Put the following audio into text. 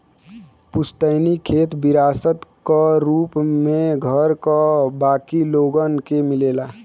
पुस्तैनी खेत विरासत क रूप में घर क बाकी लोगन के मिलेला